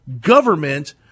government